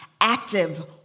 active